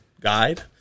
guide